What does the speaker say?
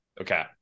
Okay